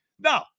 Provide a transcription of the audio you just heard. No